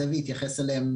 זאב התייחס אליהם,